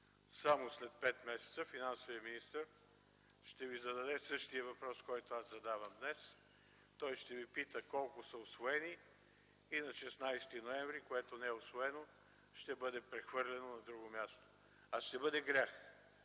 само след пет месеца финансовият министър ще Ви зададе същия въпрос, който аз задавам днес. Той ще Ви пита колко са усвоени и на 16 ноември което не е усвоено ще бъде прехвърлено на друго място. А ще бъде грях